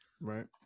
right